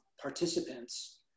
participants